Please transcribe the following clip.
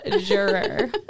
juror